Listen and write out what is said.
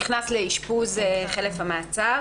לעמוד לדין אבל הוא נכנס לאשפוז חלף המאסר.